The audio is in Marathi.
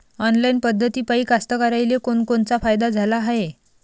ऑनलाईन पद्धतीपायी कास्तकाराइले कोनकोनचा फायदा झाला हाये?